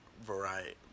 variety